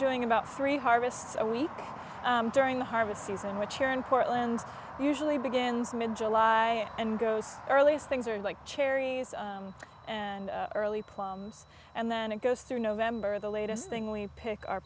doing about three harvests a week during the harvest season which here in portland usually begins mid july and goes earliest things are like cherries and early plums and then it goes through november the latest thing we pick our